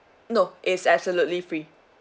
no is absolutely free